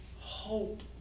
hope